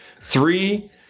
three